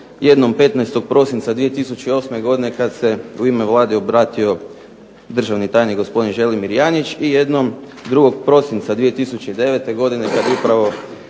jednom 15. prosinca 2008. godine kada se u ime Vlade obratio državni tajnik gospodin Želimir Janjić i jednom 2. prosinca 2009. godine kada je upravo